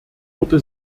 wurde